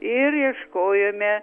ir ieškojome